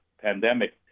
pandemic